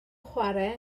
chwarae